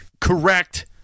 correct